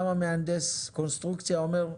גם מהנדס הקונסטרוקציה אומר: